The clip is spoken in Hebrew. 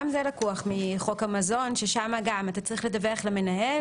גם זה לקוח מחוק המזון ששם גם אתה צריך לדווח למנהל